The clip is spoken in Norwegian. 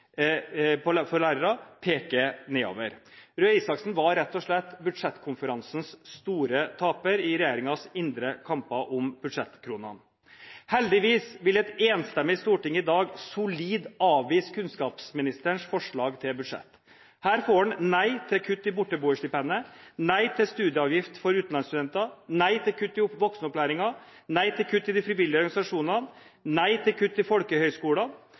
for lærere, pekte nedover. Statsråd Røe Isaksen var rett og slett budsjettkonferansens store taper i regjeringens indre kamper om budsjettkronene. Heldigvis vil et enstemmig storting i dag solid avvise kunnskapsministerens forslag til budsjett. Her får han nei til kutt i borteboerstipendet, nei til studieavgift for utenlandsstudenter, nei til kutt i voksenopplæringen, nei til kutt til de frivillige organisasjonene og nei til kutt